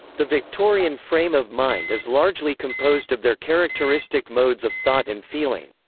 the victorian frame of mind is largely composed of their characteristic modes of thought and feeling.